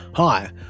Hi